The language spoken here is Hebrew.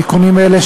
תיקונים אלה,